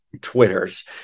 Twitter's